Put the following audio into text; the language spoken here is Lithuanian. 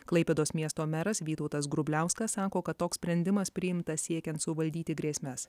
klaipėdos miesto meras vytautas grubliauskas sako kad toks sprendimas priimtas siekiant suvaldyti grėsmes